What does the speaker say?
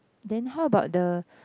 then how about the